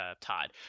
Todd